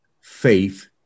faith